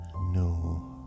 No